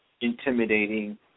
intimidating